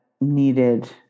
needed